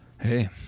Hey